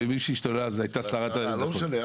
מי שהשתוללה אז הייתה השרה --- לא משנה.